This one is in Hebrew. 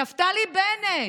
נפתלי בנט,